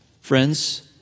Friends